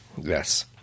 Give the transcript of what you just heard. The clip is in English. Yes